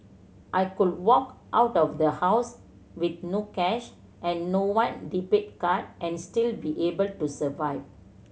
I could walk out of the house with no cash and one debit card and still be able to survive